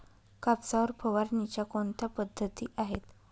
कापसावर फवारणीच्या कोणत्या पद्धती आहेत?